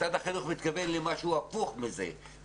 משרד החינוך מתכוון למשהו הפוך מזה.